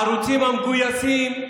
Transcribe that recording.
הערוצים המגויסים,